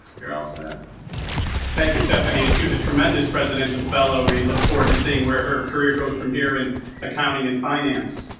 yeah ah thank you stephanie as she was a tremendous presidential fellow we look forward to seeing where her career goes from here in accounting and finance